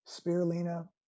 spirulina